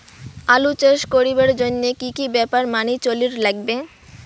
আলু চাষ করিবার জইন্যে কি কি ব্যাপার মানি চলির লাগবে?